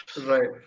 Right